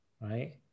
right